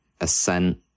ascent